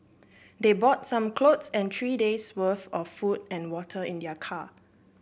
they brought some clothes and three days worth of food and water in their car